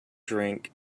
drink